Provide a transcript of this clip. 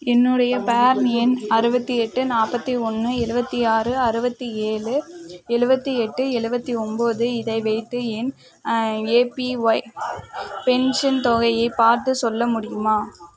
என்னுடைய பார்ன் எண் அறுபத்தி எட்டு நாற்பத்தி ஒன்று எழுபத்தி ஆறு அறுபத்தி ஏழு எழுபத்தி எட்டு எழுபத்தி ஒம்போது இதை வைத்து என் ஏபிஒய் பென்ஷன் தொகையை பார்த்துச் சொல்ல முடியுமா